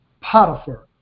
Potiphar